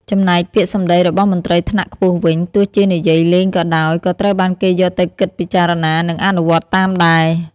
ចំណែកពាក្យសម្ដីរបស់មន្ត្រីថ្នាក់ខ្ពស់វិញ ទោះជានិយាយលេងក៏ដោយ ក៏ត្រូវបានគេយកទៅគិតពិចារណា និងអនុវត្តតាមដែរ។